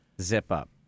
zip-up